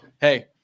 hey